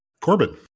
Corbin